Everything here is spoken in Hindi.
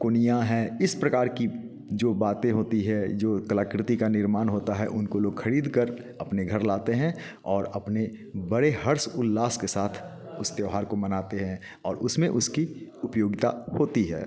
कुनिया है इस प्रकार की जो बातें होती हैं जो कलाकृति का निर्माण होता है उनको लोग खरीद कर अपने घर लाते हैं और अपने बड़े हर्ष उल्लास के साथ इस त्यौहार को मनाते हैं और उसमें उसकी उपयोगिता होती है